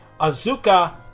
Azuka